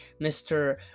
Mr